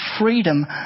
freedom